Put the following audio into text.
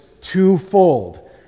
twofold